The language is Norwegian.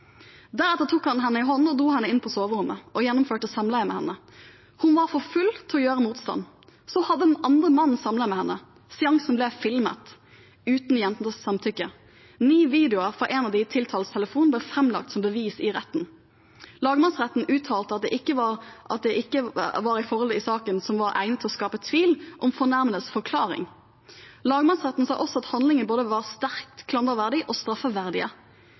tok han henne i hånden, dro henne inn på soverommet og gjennomførte samleie med henne. Hun var for full til å gjøre motstand. Så hadde den andre mannen samleie med henne. Seansen ble filmet, uten jentens samtykke. Ni videoer fra en av de tiltaltes telefon ble framlagt som bevis i retten. Lagmannsretten uttalte at det ikke var forhold i saken som var egnet til å skape tvil om fornærmedes forklaring. Lagmannsretten sa også at handlingene både var sterkt klanderverdige og straffeverdige.